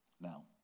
Now